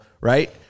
right